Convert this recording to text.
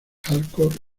hardcore